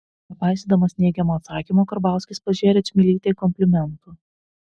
nepaisydamas neigiamo atsakymo karbauskis pažėrė čmilytei komplimentų